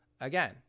Again